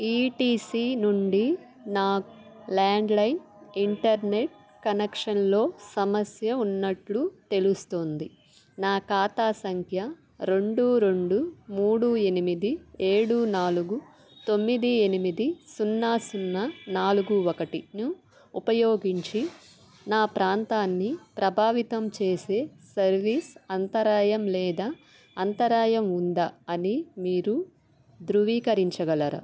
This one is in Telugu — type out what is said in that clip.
ఈటీసీ నుండి నా ల్యాండ్లైన్ ఇంటర్నెట్ కనెక్షన్లో సమస్య ఉన్నట్లు తెలుస్తోంది నా ఖాతా సంఖ్య రెండు రెండు మూడు ఎనిమిది ఏడు నాలుగు తొమ్మిది ఎనిమిది సున్నా సున్నా నాలుగు ఒకటిను ఉపయోగించి నా ప్రాంతాన్ని ప్రభావితం చేసే సర్వీస్ అంతరాయం లేదా అంతరాయం ఉందా అని మీరు ధృవీకరించగలరా